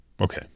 Okay